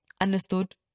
understood